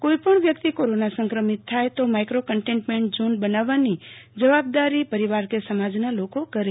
કોઇપણ વ્યક્તિ કોરોના સંક્રમિત થાય છે તો માઇક્રો કન્ટેઇન્ટમેન્ટ ઝોન બનાવવાની જવાબદારી પરિવાર કે સમાજના લોકો કરે